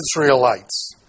Israelites